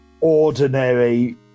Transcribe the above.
ordinary